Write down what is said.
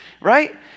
Right